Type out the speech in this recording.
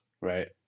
Right